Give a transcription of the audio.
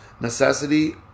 necessity